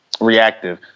reactive